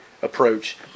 approach